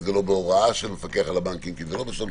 אם זה לא בהוראה של המפקח על הבנקים כי זה לא בסמכותו.